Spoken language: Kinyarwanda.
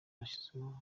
bashyizweho